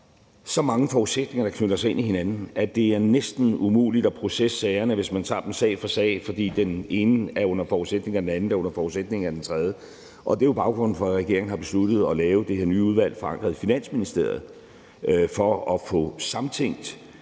så mange forudsætninger, der fletter sig ind i hinanden, at det næsten er umuligt at processere sagerne, hvis man tager dem sag for sag, for den ene er under forudsætning af den anden, der er under forudsætning af den tredje. Det er jo baggrunden for, at regeringen har besluttet at lave det her nye udvalg forankret i Finansministeriet for at få samtænkt